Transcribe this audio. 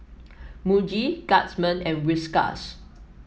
Muji Guardsman and Whiskas